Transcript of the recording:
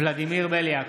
ולדימיר בליאק,